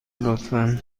لطفا